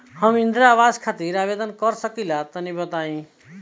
हम इंद्रा आवास खातिर आवेदन कर सकिला तनि बताई?